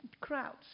crowds